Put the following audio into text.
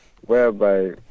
whereby